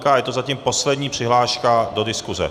Je to zatím poslední přihláška do diskuse.